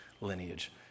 lineage